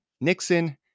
Nixon